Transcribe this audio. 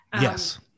Yes